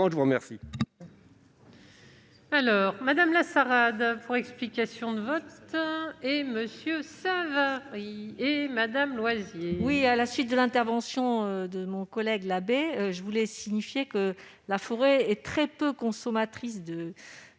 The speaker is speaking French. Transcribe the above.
Je vous remercie,